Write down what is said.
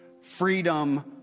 Freedom